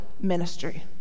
ministry